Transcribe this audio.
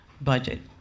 budget